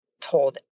told